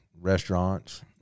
restaurants